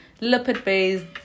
Lipid-based